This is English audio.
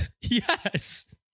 Yes